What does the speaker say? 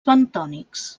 bentònics